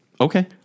Okay